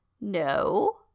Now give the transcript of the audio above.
no